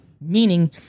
Meaning